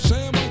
Sam